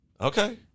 Okay